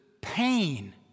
pain